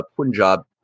Punjab